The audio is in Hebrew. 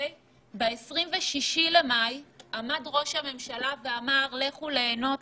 ב-26 למאי עמד ראש הממשלה ואמר: לכו ליהנות,